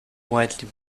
widely